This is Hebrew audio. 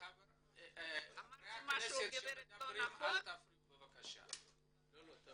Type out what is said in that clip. סליחה, אל תפריעו לחברי כנסת.